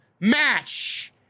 Match